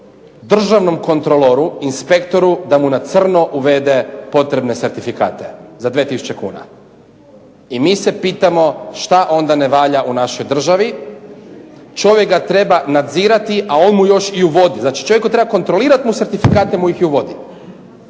državnom kontroloru inspektoru da mu na crno uvede potrebne certifikate za 2000 kuna, i mi se pitamo što onda ne valja u našoj državi. Čovjek ga treba nadzirati a on mu još uvodi, znači čovjek koji mu treba kontrolirati certifikate mu ih uvodi,